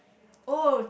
oh